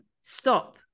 Stop